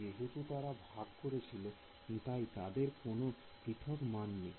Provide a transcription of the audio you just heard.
যেহেতু তারা ভাগ করেছিল তাই তাদের কোনো পৃথক মান নেই